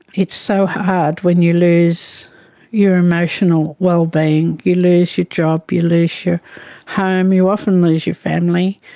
it's so hard when you lose your emotional well-being, you lose your job, you lose your home, you often lose your family,